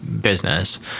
business